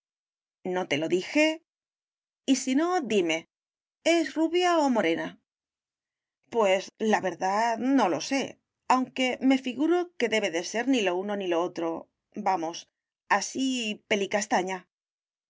no te lo dije y si no dime es rubia o morena pues la verdad no lo sé aunque me figuro que debe de ser ni lo uno ni lo otro vamos así pelicastaña